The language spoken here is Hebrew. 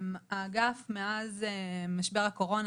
מאז משבר הקורונה,